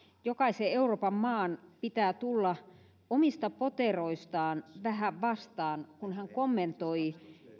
jokaisen euroopan maan pitää tulla omista poteroistaan vähän vastaan kun hän kommentoi